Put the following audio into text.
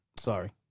Sorry